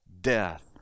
death